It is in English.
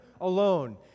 alone